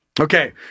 Okay